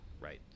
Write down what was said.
right